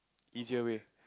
easier way